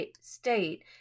state